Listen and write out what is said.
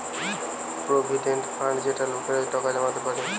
provident fund যেটাতে লোকেরা টাকা জমাতে পারে